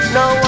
no